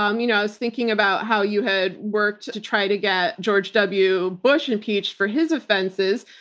um you know i was thinking about how you had worked to try to get george w bush impeached for his offenses.